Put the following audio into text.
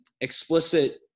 explicit